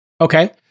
Okay